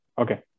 Okay